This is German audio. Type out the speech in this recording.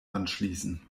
anschließen